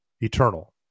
eternal